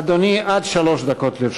אדוני, עד שלוש דקות לרשותך.